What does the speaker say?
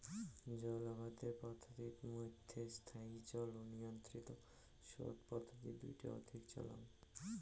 জল আবাদের পদ্ধতিত মইধ্যে স্থায়ী জল ও নিয়ন্ত্রিত সোত পদ্ধতি দুইটা অধিক চলাং